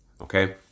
okay